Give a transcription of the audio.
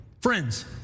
Friends